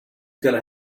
going